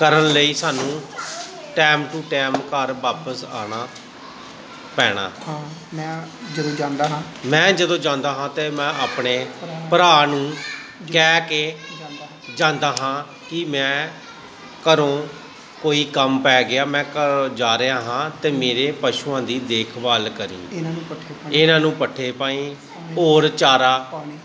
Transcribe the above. ਕਰਨ ਲਈ ਸਾਨੂੰ ਟਾਈਮ ਟੂ ਟਾਈਮ ਘਰ ਵਾਪਸ ਆਉਣਾ ਪੈਣਾ ਮੈਂ ਜਦੋਂ ਜਾਂਦਾ ਹਾਂ ਤਾਂ ਮੈਂ ਆਪਣੇ ਭਰਾ ਨੂੰ ਕਹਿ ਕੇ ਜਾਂਦਾ ਹਾਂ ਕਿ ਮੈਨੂੰ ਘਰ ਕੋਈ ਕੰਮ ਪੈ ਗਿਆ ਮੈਂ ਘਰ ਜਾ ਰਿਹਾ ਹਾਂ ਅਤੇ ਮੇਰੇ ਪਸ਼ੂਆਂ ਦੀ ਦੇਖਭਾਲ ਕਰੀ ਇਹਨਾਂ ਨੂੰ ਪੱਠੇ ਪਾਈ ਹੋਰ ਚਾਰਾ